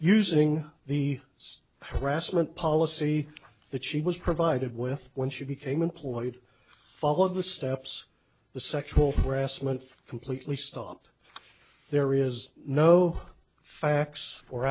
using the it's harassment policy that she was provided with when she became employed follow the steps the sexual harassment completely stopped there is no facts or